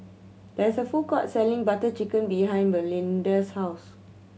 there is a food court selling Butter Chicken behind Melinda's house